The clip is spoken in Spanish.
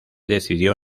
decidió